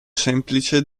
semplice